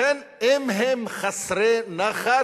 לכן, אם הם חסרי נחת,